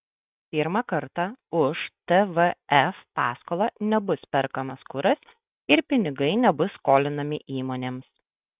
pirmą kartą už tvf paskolą nebus perkamas kuras ir pinigai nebus skolinami įmonėms